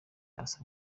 uza